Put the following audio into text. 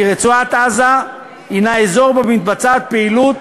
כי רצועת-עזה היא אזור שמתבצעת בו פעילות